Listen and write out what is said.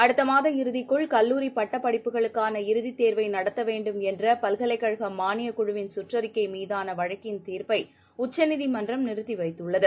அடுத்தமாத இறுதிக்குள் கல்லூரிபட்டப்படிப்புகளுக்கான இறுதித் தேர்வைநடத்தவேண்டும் என்றபல்கலைக் கழகமானியக்குழவின் கற்றறிக்கைமீதானவழக்கின் தீர்ப்பைஉச்சநீதிமன்றம் நிறுத்திவைத்துள்ளது